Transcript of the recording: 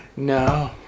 No